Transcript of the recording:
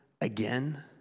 again